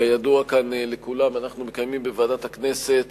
כידוע כאן לכולם, אנחנו מקיימים בוועדת הכנסת